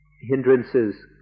hindrances